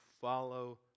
follow